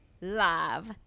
love